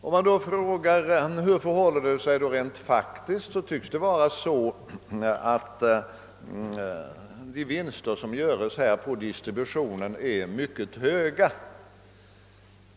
Om vi då frågar hur det hela förhåller sig rent praktiskt finner vi att svaret blir att de vinster som SRA gör på distributionen är mycket höga.